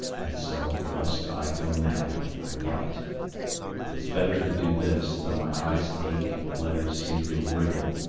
and so, lest i go mad, i write it is better to do this, though my eyes ache and the letters seem to wriggle,